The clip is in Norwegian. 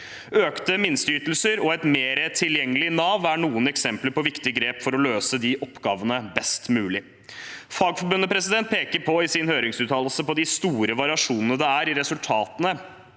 Økte minsteytelser og et mer tilgjengelig Nav er noen eksempler på viktige grep for å løse de oppgavene best mulig. Fagforbundet peker i sin høringsuttalelse på de store variasjonene det er i resultatene